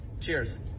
Cheers